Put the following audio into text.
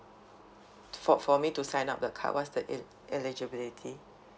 for for me to sign up the card what's the e~ eligibiity